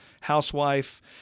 housewife